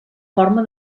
forma